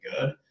good